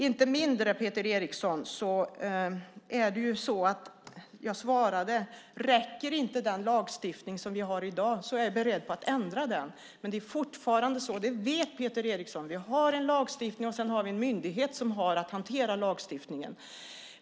Inte desto mindre, Peter Eriksson, svarade jag att om inte den lagstiftning som vi har i dag räcker är jag beredd att ändra den. Men det är fortfarande så, det vet Peter Eriksson, att vi har en lagstiftning, och vi har en myndighet som har att hantera lagstiftningen.